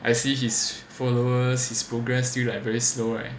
I see his followers his progress still like very slow right